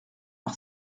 par